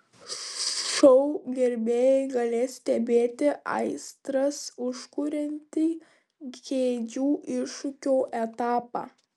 šou gerbėjai galės stebėti aistras užkuriantį kėdžių iššūkio etapą